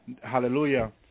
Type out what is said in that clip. hallelujah